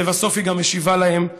אבל לבסוף היא גם משיבה להם: